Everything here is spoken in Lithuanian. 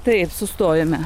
taip sustojome